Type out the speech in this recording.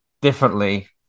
differently